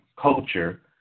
culture